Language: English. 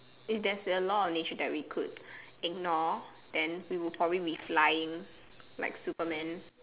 if there's a law of nature that we could ignore then we would probably be flying like Superman